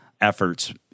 efforts